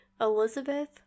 Elizabeth